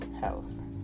house